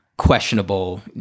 questionable